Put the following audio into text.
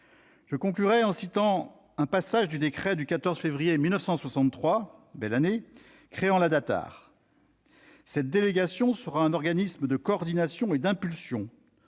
Je conclurai en citant un passage du décret du 14 février 1963- une belle année ! -créant la Datar :« Cette délégation sera un organisme de coordination et d'impulsion.